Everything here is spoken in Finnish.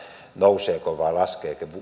nouseeko vai laskeeko